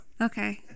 Okay